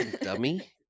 dummy